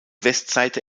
westseite